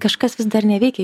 kažkas vis dar neveikia